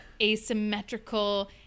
asymmetrical